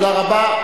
תודה רבה.